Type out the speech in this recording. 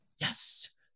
yes